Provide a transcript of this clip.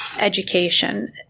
education